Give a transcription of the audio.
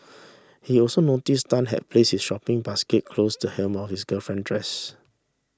he also noticed Tan had placed his shopping basket close the hem of his girlfriend dress